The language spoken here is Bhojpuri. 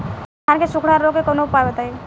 धान के सुखड़ा रोग के कौनोउपाय बताई?